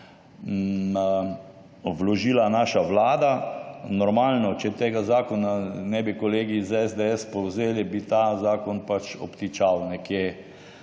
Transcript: vložila naša vlada. Normalno, če tega zakona ne bi kolegi iz SDS povzeli, bi ta zakon pač obtičal nekje